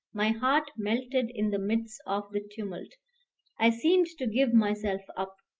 my heart melted in the midst of the tumult i seemed to give myself up,